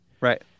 right